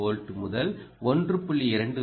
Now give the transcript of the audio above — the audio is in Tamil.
24 வோல்ட் முதல் 1